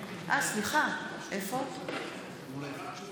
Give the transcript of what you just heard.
(קוראת בשמות חברי הכנסת)